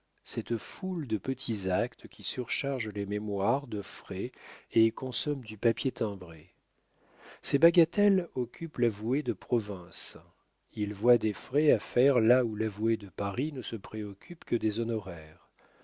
cette foule de petits actes qui surchargent les mémoires de frais et consomment du papier timbré ces bagatelles occupent l'avoué de province il voit des frais à faire là où l'avoué de paris ne se préoccupe que des honoraires